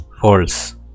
False